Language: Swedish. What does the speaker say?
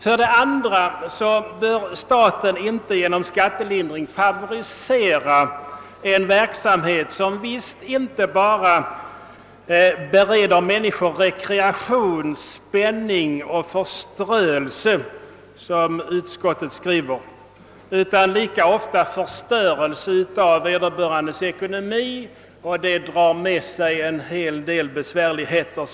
För det andra bör staten inte genom skattelindring favorisera en verksamhet som visst inte bara »bereder människor rekreation, spänning och förströelse» — såsom utskottet skriver — utan lika ofta åstadkommer förstörelse av vederbörandes ekonomi, vilket som bekant drar med sig en hel del besvärligheter.